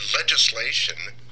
legislation